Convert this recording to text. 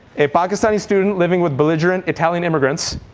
a pakistani student living with belligerent italian immigrants,